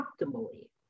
optimally